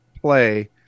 play